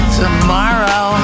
tomorrow